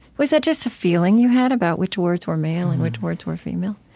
was that just a feeling you had about which words were male and which words were female?